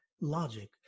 logic